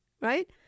right